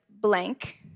blank